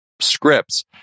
scripts